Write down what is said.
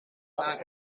naar